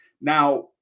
Now